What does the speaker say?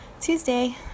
Tuesday